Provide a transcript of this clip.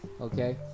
okay